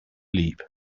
leap